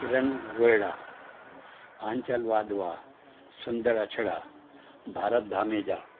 Kiran Rohira Anchal Wadhwa Sundar Achhra Bharat Dhameja